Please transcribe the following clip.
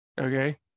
Okay